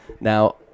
Now